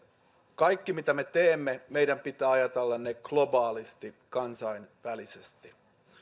kaikki mitä me teemme meidän pitää ajatella globaalisti kansainvälisesti